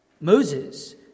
Moses